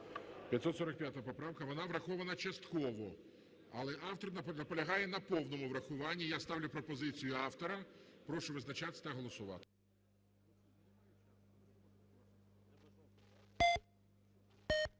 545 поправка. Вона врахована частково, але автор наполягає на повному врахуванні. Я ставлю пропозицію автора. Прошу визначатись та голосувати.